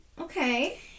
Okay